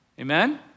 amen